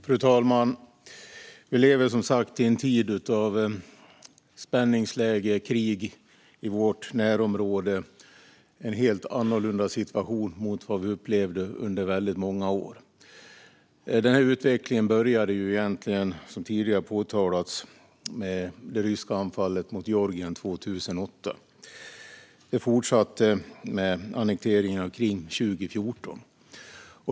Fru talman! Vi lever i en tid med spänningsläge och krig i vårt närområde. Det är en helt annorlunda situation mot vad vi upplevde under väldigt många år. Den utvecklingen började egentligen, som tidigare har påpekats, med det ryska anfallet mot Georgien 2008. Det fortsatte med annekteringen av Krim 2014.